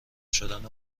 شدن